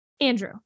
Andrew